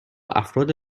افراد